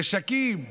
נשקים,